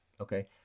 Okay